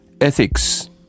ethics